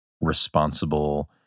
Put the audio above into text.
responsible